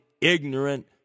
ignorant